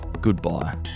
Goodbye